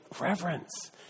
reverence